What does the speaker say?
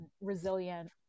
resilient